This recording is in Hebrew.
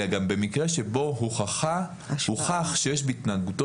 אלא גם במקרה שבו הוכח שיש בהתנהגותו